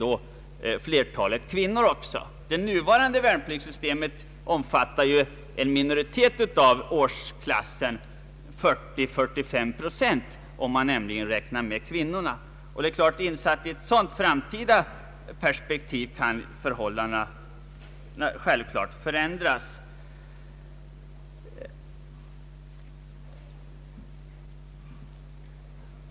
Om man räknar in kvinnorna omfattar ju det nuvarande värnpliktssystemet en minoritet av en årsgrupp, endast 40—453 procent. I ett framtida perspektiv kan förhållandena förändras.